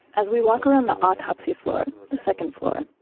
as we walk around the autopsy floor, the second floor,